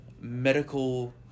medical